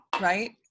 right